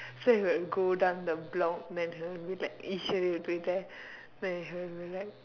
so if I go down the block then Eswari will be there then he'll be like